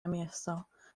miesto